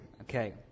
okay